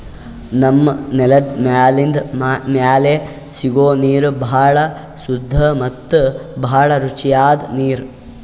ನಮ್ಮ್ ನೆಲದ್ ಮ್ಯಾಲಿಂದ್ ಮ್ಯಾಲೆ ಸಿಗೋ ನೀರ್ ಭಾಳ್ ಸುದ್ದ ಮತ್ತ್ ಭಾಳ್ ರುಚಿಯಾದ್ ನೀರ್